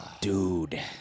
Dude